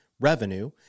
revenue